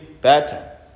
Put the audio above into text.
better